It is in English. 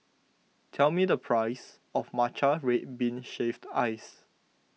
tell me the price of Matcha Red Bean Shaved Ice